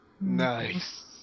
Nice